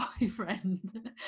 boyfriend